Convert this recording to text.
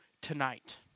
tonight